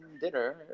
dinner